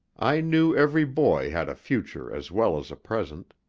i knew every boy had a future as well as a present.